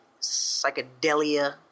psychedelia